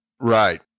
Right